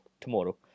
tomorrow